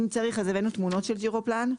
אם צריך הבאנו תמונות של ג'ירופלן.